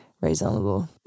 reasonable